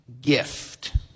gift